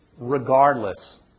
regardless